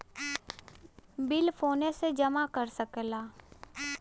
bill फोने से जमा कर सकला